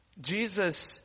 Jesus